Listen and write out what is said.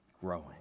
growing